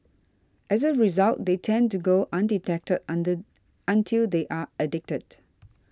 as a result they tend to go undetected on the until they are addicted